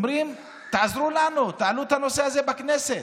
שאומרים: תעזרו לנו, תעלו את הנושא הזה בכנסת.